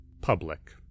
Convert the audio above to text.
public